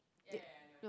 it